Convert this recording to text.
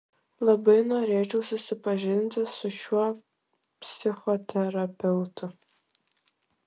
labai norėčiau susipažinti su šiuo psichoterapeutu